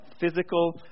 physical